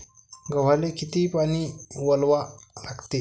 गव्हाले किती पानी वलवा लागते?